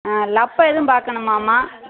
ஆ லப்ப ஏதும் பார்க்கணுமாம்மா